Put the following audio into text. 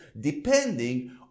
depending